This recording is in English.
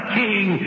king